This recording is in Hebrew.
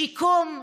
שיקום,